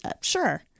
sure